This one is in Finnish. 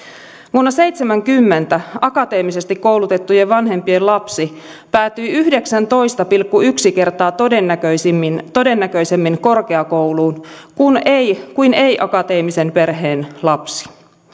vuonna seitsemänkymmentä akateemisesti koulutettujen vanhempien lapsi päätyi yhdeksäntoista pilkku yksi kertaa todennäköisemmin todennäköisemmin korkeakouluun kuin ei akateemisen perheen lapsi